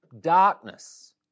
darkness